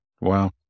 Wow